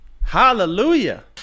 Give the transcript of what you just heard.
hallelujah